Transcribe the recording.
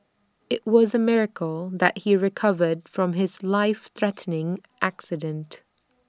IT was A miracle that he recovered from his life threatening accident